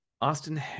Austin